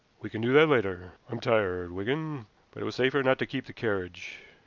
we can do that later. i'm tired, wigan but it was safer not to keep the carriage.